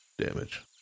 damage